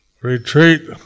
retreat